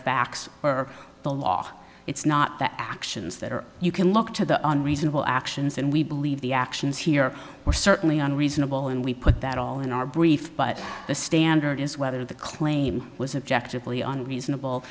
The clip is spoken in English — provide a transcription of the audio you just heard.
facts or the law it's not that actions that are you can look to the on reasonable actions and we believe the actions here were certainly on reasonable and we put that all in our brief but the standard is whether the claim was objective leon reasonable